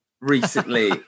recently